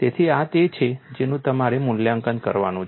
તેથી આ તે છે જેનું મારે મૂલ્યાંકન કરવાનું છે